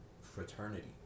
fraternity